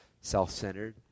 self-centered